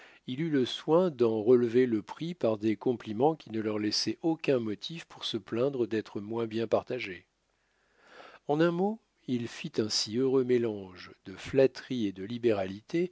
il eut le soin d'en relever le prix par des compliments qui ne leur laissaient aucun motif pour se plaindre d'être moins bien partagés en un mot il fit un si heureux mélange de flatterie et de libéralité